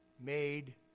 made